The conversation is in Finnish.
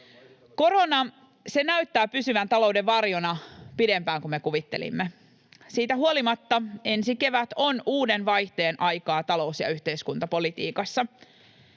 Korona näyttää pysyvän talouden varjona pidempään kuin me kuvittelimme. Siitä huolimatta ensi kevät on uuden vaihteen aikaa talous‑ ja yhteiskuntapolitiikassa.